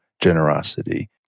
generosity